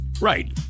Right